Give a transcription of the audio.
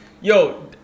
yo